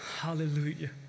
Hallelujah